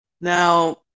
Now